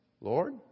Lord